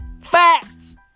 Facts